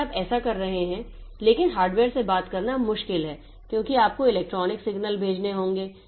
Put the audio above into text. यदि आप ऐसा कर रहे हैं लेकिन हार्डवेयर से बात करना मुश्किल है क्योंकि आपको इलेक्ट्रिकल सिग्नल भेजने होंगे